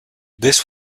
this